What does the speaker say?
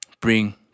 bring